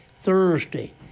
Thursday